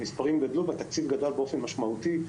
המספרים גדלו והתקציב גדל באופן משמעותי.